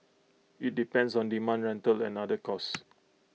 IT depends on demand rental and other costs